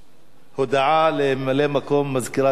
הודעה לממלא-מקום מזכירת הכנסת.